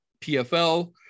pfl